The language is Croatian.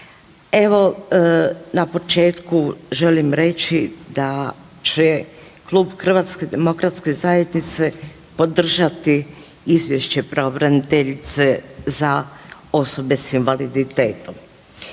evo na početku želim reći da će Klub HDZ-a podržati izvješće pravobraniteljice za osobe s invaliditetom.